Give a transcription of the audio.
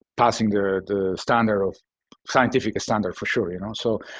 passing their the standard of scientific standard for sure, you know? so,